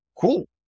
Cool